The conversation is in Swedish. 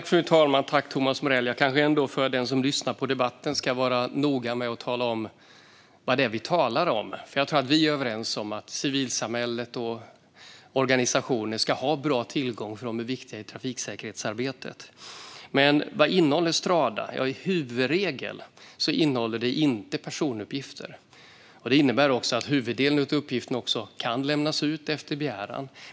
Fru talman! För den som lyssnar på debatten ska jag vara noga med att tala om vad det är vi talar om. Jag tror att vi är överens om att civilsamhällets organisationer ska ha bra tillgång eftersom de är viktiga i trafiksäkerhetsarbetet. Men vad innehåller Strada? Som huvudregel innehåller det inte personuppgifter. Det innebär att huvuddelen av uppgifterna kan lämnas ut på begäran.